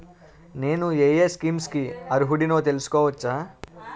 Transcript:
నేను యే యే స్కీమ్స్ కి అర్హుడినో తెలుసుకోవచ్చా?